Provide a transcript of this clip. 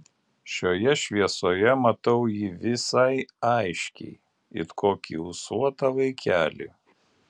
šioje šviesoje matau jį visai aiškiai it kokį ūsuotą vaikelį